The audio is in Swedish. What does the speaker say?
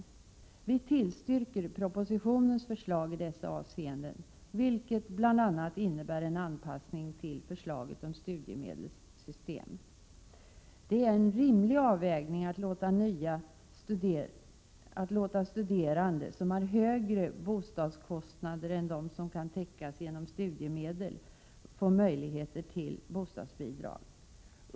Vi tillstyrker propositionens förslag i dessa avseenden, vilket bl.a. innebär en anpassning till förslaget om studiemedelssystem. Det är en rimlig avvägning att låta studerande som har bostadskostnader som är så höga att studiemedlen inte räcker till för att täcka dessa, få möjlighet till bostadsbidrag.